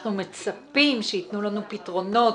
אנחנו מצפים שיתנו לנו פתרונות,